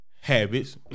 habits